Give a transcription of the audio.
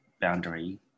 boundary